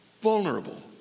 vulnerable